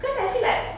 because I feel like